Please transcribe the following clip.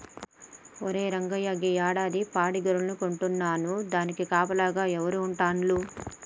ఒరే రంగయ్య గీ యాడాది పాడి గొర్రెలను కొంటున్నాను దానికి కాపలాగా ఎవరు ఉంటాల్లు